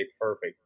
perfect